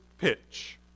pitch